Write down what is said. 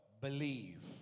Believe